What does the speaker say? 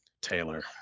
Taylor